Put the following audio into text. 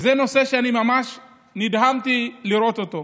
וזה נושא שאני ממש נדהמתי לראות אותו.